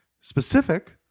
specific